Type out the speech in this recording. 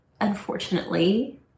unfortunately